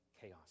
chaos